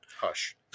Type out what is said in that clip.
hush